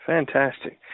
Fantastic